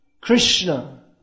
Krishna